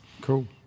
Cool